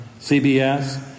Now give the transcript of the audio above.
CBS